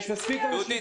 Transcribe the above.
יש מספיק אנשים --- דודי,